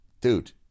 dude